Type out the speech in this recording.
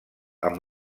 amb